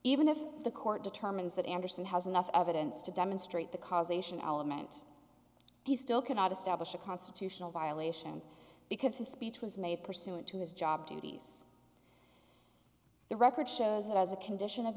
even if the court determines that anderson has enough evidence to demonstrate the cause ation element he still cannot establish a constitutional violation because his speech was made pursuant to his job duties the record shows that as a condition of